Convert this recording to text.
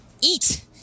eat